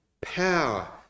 power